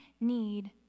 need